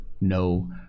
no